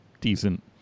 decent